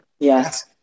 Yes